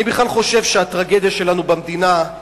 אני בכלל חושב שהטרגדיה שלנו במדינה היא